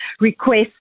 request